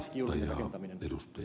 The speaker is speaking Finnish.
arvoisa puhemies